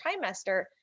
trimester